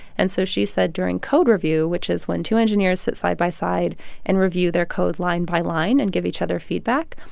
and so she said during code review, which is when two engineers sit side-by-side and review their code line by line and give each other feedback,